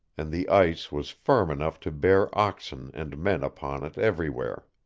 and the ice was firm enough to bear oxen and men upon it everywhere.